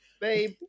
Babe